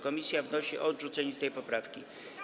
Komisja wnosi o odrzucenie tej poprawki.